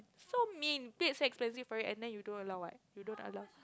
so mean paid so expensive for it and then you don't allow what you don't allow